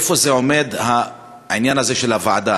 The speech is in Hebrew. איפה זה עומד, העניין הזה של הוועדה?